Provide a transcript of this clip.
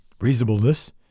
reasonableness